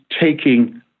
taking